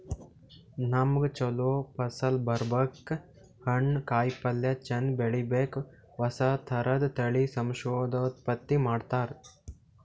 ನಮ್ಗ್ ಛಲೋ ಫಸಲ್ ಬರ್ಲಕ್ಕ್, ಹಣ್ಣ್, ಕಾಯಿಪಲ್ಯ ಚಂದ್ ಬೆಳಿಲಿಕ್ಕ್ ಹೊಸ ಥರದ್ ತಳಿ ಸಂತಾನೋತ್ಪತ್ತಿ ಮಾಡ್ತರ್